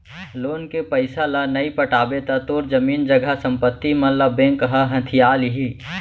loan के पइसा ल नइ पटाबे त तोर जमीन जघा संपत्ति मन ल बेंक ह हथिया लिही